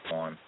on